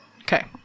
Okay